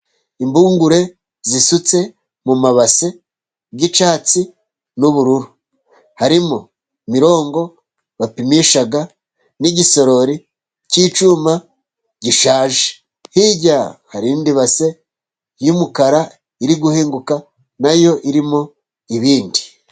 Impungure zisutse mu mabase y'icyatsi n'ubururu. Harimo mironko bapimisha n'igisorori cy'icyuma gishaje. Hirya hari indi base y'umukara iri guhinguka na yo irimo ibindi.